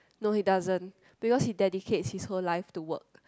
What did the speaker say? no he doesn't because he dedicates his whole life to work